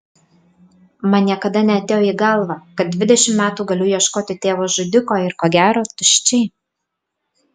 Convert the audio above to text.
man niekada neatėjo į galvą kad dvidešimt metų galiu ieškoti tėvo žudiko ir ko gero tuščiai